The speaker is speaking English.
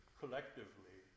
collectively